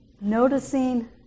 noticing